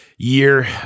year